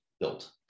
built